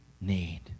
need